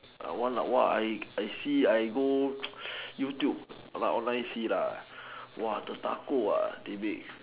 I want !whoa! I I see I go YouTube I go online see !whoa! the taco they make